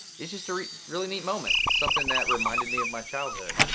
it's just a really neat moment, something that reminded me of my childhood.